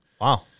Wow